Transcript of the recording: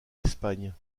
espagne